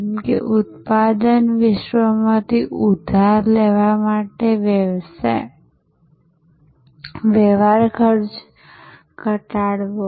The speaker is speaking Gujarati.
જેમ કે ઉત્પાદન વિશ્વમાંથી ઉધાર લેવા માટે વ્યવહાર ખર્ચ ઘટાડવો